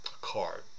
card